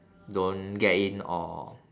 don't get in or